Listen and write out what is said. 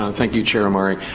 and thank you, chair omari.